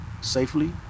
safely